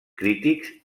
crítics